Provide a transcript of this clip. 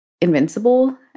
Invincible